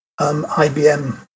IBM